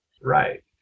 Right